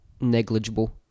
negligible